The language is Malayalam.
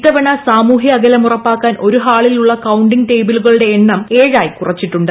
ഇത്തവണ സാമൂഹ്യ അകലം ഉറപ്പാക്കാൻ ഒരു ഹാളിൽ ഉളള കൌണ്ടിംഗ് ടേബിളുകളുടെ എണ്ണം ഏഴായി കുറച്ചിട്ടുണ്ട്